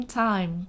time